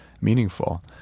meaningful